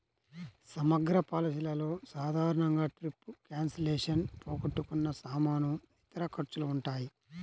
సమగ్ర పాలసీలలో సాధారణంగా ట్రిప్ క్యాన్సిలేషన్, పోగొట్టుకున్న సామాను, ఇతర ఖర్చులు ఉంటాయి